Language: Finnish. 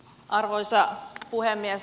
arvoisa puhemies